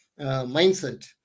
mindset